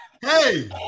Hey